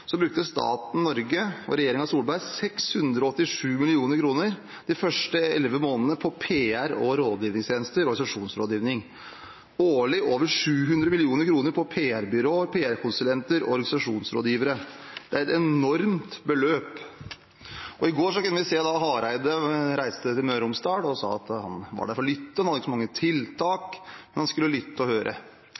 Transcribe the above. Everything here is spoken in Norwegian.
de første elleve månedene i fjor brukte staten Norge og regjeringen Solberg 687 mill. kr på PR- og rådgivningstjenester og organisasjonsrådgivning. Over 700 mill. kr årlig på PR-byrå, PR-konsulenter og organisasjonsrådgivere – det er et enormt beløp. I går kunne vi se at statsråd Hareide reiste til Møre og Romsdal. Han sa at han var der for å lytte – han hadde ikke så mange tiltak, men han